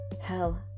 Hell